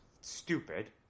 stupid